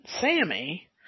Sammy